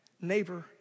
neighbor